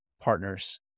Partners